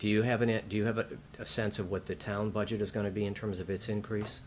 do you have any do you have a sense of what the town budget is going to be in terms of its increase